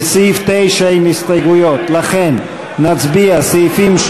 לסעיף 9 אין הסתייגויות, לכן נצביע, סעיפים,